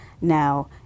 Now